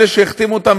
אלה שהחתימו אותם,